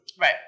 Right